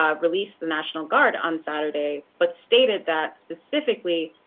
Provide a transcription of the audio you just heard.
um release the national guard on saturday. but stated that, specifically,